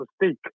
mistake